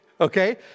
Okay